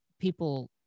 people